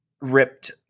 ripped